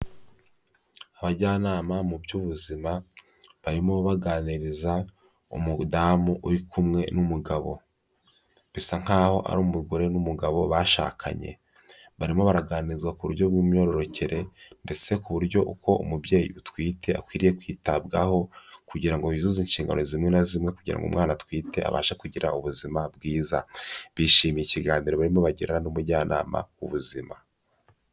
Abajyanama mu by'ubuzima, barimo baganiriza umudamu uri kumwe n'umugabo. Bisa nkaho ari umugore n'umugabo bashakanye. Barimo baraganirizwa ku buryo bw'imyororokere ndetse ku buryo uko umubyeyi utwite akwiriye kwitabwaho, kugira ngo yuzuze inshingano zimwe na zimwe kugira ngo umwana atwite abashe kugira ubuzima bwiza. Bishimiye ikiganiro barimo bagirana n'umujyanama w'ubuzima.